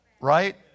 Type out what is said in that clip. right